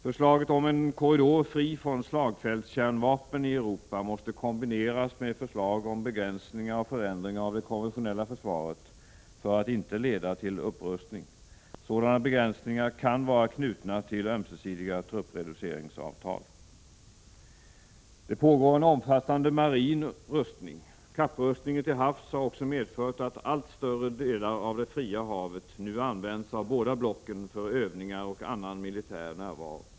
Förslaget om en korridor fri från slagfältskärnvapen i Europa måste kombineras med ett förslag om begränsningar och förändringar av det konventionella försvaret för att inte leda till upprustning. Sådana begränsningar kan vara knutna till ömsesidiga truppreduceringsavtal. Det pågår en omfattande marin rustning. Kapprustningen till havs har också medfört att allt större delar av det fria havet nu används av båda blocken för övningar och annan militär närvaro.